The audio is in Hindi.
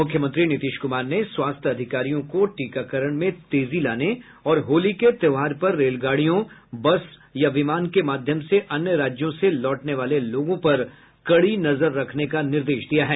मुख्यमंत्री नीतीश कुमार ने स्वास्थ्य अधिकारियों को टीकाकरण में तेजी लाने और होली के त्यौहार पर रेलगाडी बस या विमान के माध्यम से अन्य राज्यों से लौटने वाले लोगों पर कड़ी नजर रखने का निर्देश दिया है